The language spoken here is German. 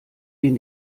den